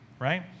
right